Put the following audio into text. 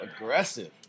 aggressive